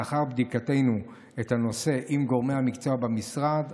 לאחר בדיקתנו את הנושא עם גורמי המקצוע במשרד,